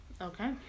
Okay